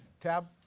Tab